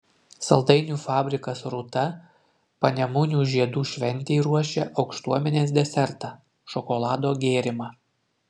saldainių fabrikas rūta panemunių žiedų šventei ruošia aukštuomenės desertą šokolado gėrimą